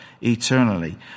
eternally